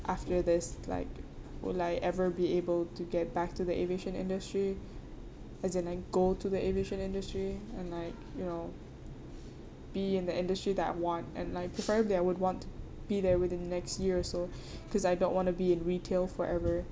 after this like would I ever be able to get back to the aviation industry as in like go to the aviation industry and like you know be in the industry that I want and I prefer that I would want be there within the next year or so because I don't want to be in retail forever